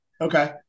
Okay